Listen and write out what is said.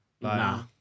nah